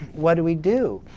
what do we do?